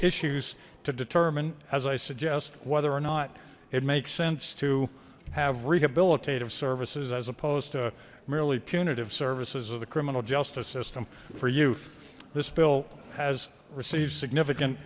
issues to determine as i suggest whether or not it makes sense to have rehabilitative services as opposed to merely punitive services of the criminal justice system for youth this bill has received significant